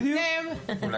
ואתם --- בדיוק,